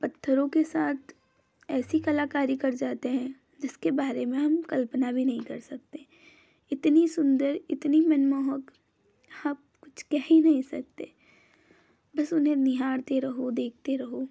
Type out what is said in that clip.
पत्थरों के साथ ऐसी कलाकारी कर जाते हैं जिसके बारे में हम कल्पना भी नहीं कर सकते इतनी सुंदर इतनी मनमोहक आप कुछ कह ही नहीं सकते बस उन्हें निहारते रहो देखते रहो